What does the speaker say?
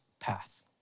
path